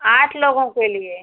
आठ लोगों के लिए